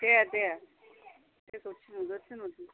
दे दे सोरखौ थिनहरो थिनहरदो